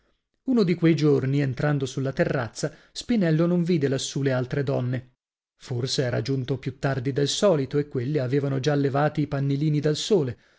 uno di quei giorni entrando sulla terrazza spinello non vide lassù le altre donne forse era giunto più tardi del solito e quelle avevano già levati i pannilini dal sole